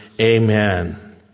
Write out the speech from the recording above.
Amen